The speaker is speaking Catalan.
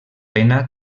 pena